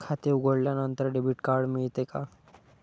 खाते उघडल्यानंतर debit card मिळते का?